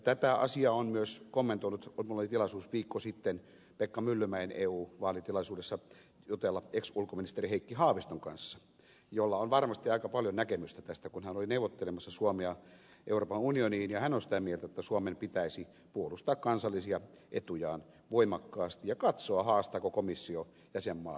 tätä asiaa on myös kommentoinut heikki haavisto minulla oli tilaisuus viikko sitten pekka myllymäen eu vaalitilaisuudessa jutella ex ulkoministeri heikki haaviston kanssa jolla on varmasti aika paljon näkemystä tästä kun hän oli neuvottelemassa suomea euroopan unioniin ja hän on sitä mieltä että suomen pitäisi puolustaa kansallisia etujaan voimakkaasti ja katsoa haastaako komissio jäsenmaan oikeuteen